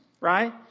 right